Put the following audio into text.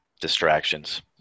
distractions